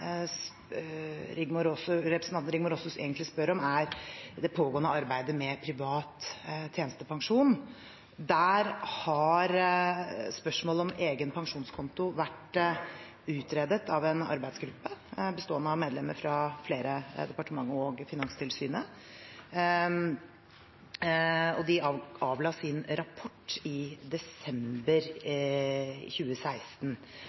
representanten Rigmor Aasrud egentlig spør om, er det pågående arbeidet med privat tjenestepensjon. Der har spørsmålet om egen pensjonskonto vært utredet av en arbeidsgruppe bestående av medlemmer fra to departementer og Finanstilsynet. De avla sin rapport i desember